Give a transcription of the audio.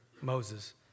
Moses